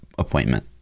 appointment